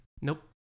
Nope